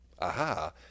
Aha